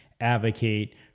advocate